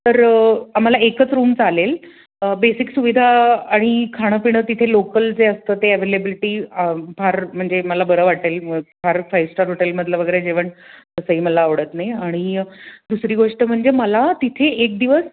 तर आम्हाला एकच रूम चालेल बेसिक सुविधा आणि खाणंपिणं तिथे लोकल जे असतं ते अव्हेलेबिलिटी फार म्हणजे मला बरं वाटेल फार फाईव्ह स्टार हॉटेलमधील वगैरे जेवण असंही मला आवडत नाही आणि दुसरी गोष्ट म्हणजे मला तिथे एक दिवस